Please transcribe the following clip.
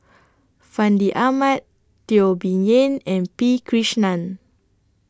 Fandi Ahmad Teo Bee Yen and P Krishnan